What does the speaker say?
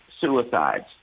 suicides